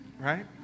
right